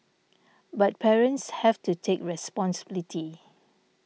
but parents have to take responsibility